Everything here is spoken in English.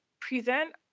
present